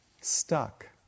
stuck